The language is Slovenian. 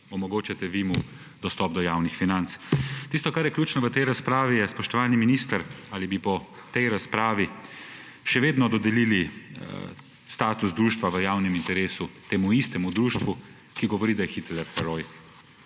omogočate dostop do javnih financ. Tisto, kar je ključno v tej razpravi, je, spoštovani minister, ali bi po tej razpravi še vedno dodelili status društva v javnem interesu temu istemu društvu, ki govori, da je Hitler heroj.